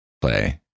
play